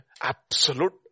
Absolute